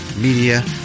media